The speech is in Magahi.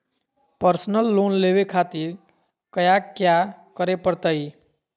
पर्सनल लोन लेवे खातिर कया क्या करे पड़तइ?